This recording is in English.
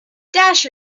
dash